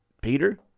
Peter